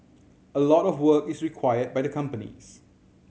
a lot of work is required by the companies